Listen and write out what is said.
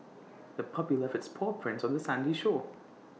the puppy left its paw prints on the sandy shore